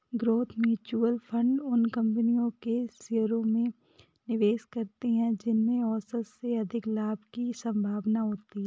growth mutual fund उन कंपनियों के शेयरों में निवेश करते हैं जिनमें औसत से अधिक लाभ की संभावना होती है